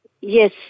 Yes